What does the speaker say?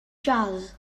jazz